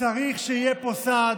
צריך שיהיה פה סעד,